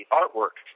artwork